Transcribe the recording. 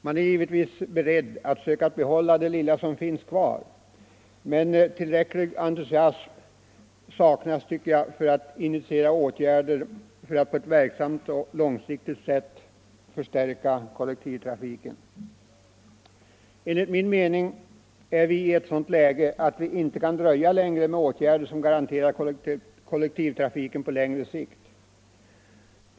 Man är givetvis beredd att söka behålla det lilla som finns kvar, men tillräcklig entusiasm saknas, tycker jag, för att initiera åtgärder för att på ett verksamt och långsiktigt sätt förstärka kollektivtrafiken. Enligt min mening befinner vi oss i ett sådant läge att vi inte kan dröja längre med åtgärder som garanterar kollektivtrafiken på längre sikt.